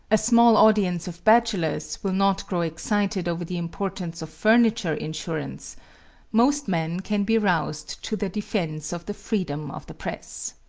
a small audience of bachelors will not grow excited over the importance of furniture insurance most men can be roused to the defense of the freedom of the press.